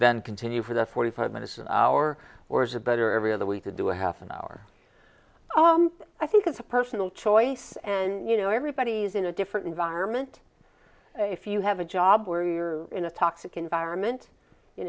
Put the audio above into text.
then continue for the forty five minutes an hour or is it better every other week to do a half an hour i think it's a personal choice and you know everybody's in a different environment if you have a job where you're in a toxic environment you